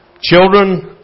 Children